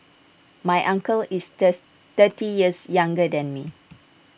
my uncle is thirty years younger than me